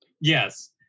yes